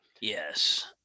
Yes